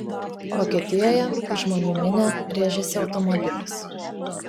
vokietijoje į žmonių minią rėžėsi automobilis